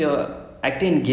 that's true